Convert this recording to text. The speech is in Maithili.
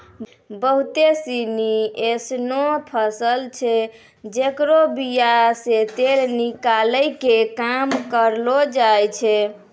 बहुते सिनी एसनो फसल छै जेकरो बीया से तेल निकालै के काम करलो जाय छै